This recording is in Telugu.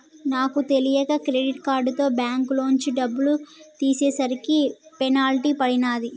నాకు తెలియక క్రెడిట్ కార్డుతో బ్యేంకులోంచి డబ్బులు తీసేసరికి పెనాల్టీ పడినాది